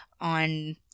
on